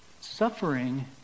Suffering